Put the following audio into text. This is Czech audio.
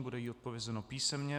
Bude jí odpovězeno písemně.